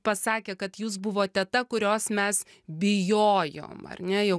pasakė kad jūs buvote ta kurios mes bijojom ar ne jau